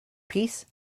peace